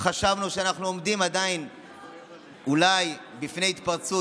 חשבנו שעדיין אנחנו עומדים אולי לפני התפרצות,